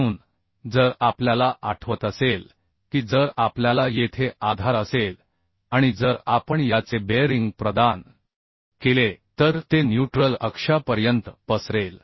म्हणून जर आपल्याला आठवत असेल की जर आपल्याला येथे आधार असेल आणि जर आपण याचे बेअरिंग प्रदान केले तर ते न्यूट्रल अक्षापर्यंत पसरेल